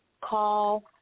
call